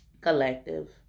collective